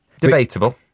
Debatable